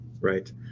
Right